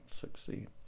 succeed